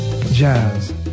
jazz